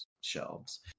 shelves